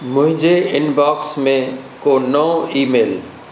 मुंहिंजे इनबॉक्स में को नओं ईमेल